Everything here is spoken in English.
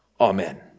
Amen